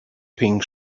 pink